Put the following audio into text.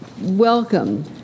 welcome